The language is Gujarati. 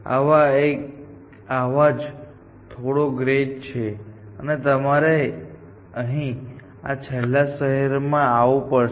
આ આવો જ થોડો ગ્રેડ છે અને તમારે અહીં આ છેલ્લા શહેરમાં આવવું પડશે